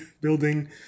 building